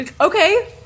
okay